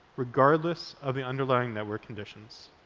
regardless of the underlying network conditions.